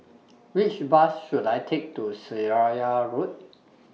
Which Bus should I Take to Seraya Road